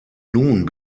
nun